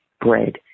bread